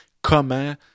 comment